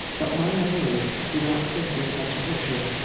but my memories do not fit with such a picture.